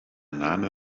name